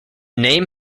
name